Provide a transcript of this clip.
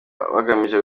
bagamije